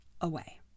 away